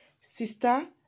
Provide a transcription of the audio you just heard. Sister